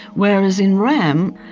whereas in rem,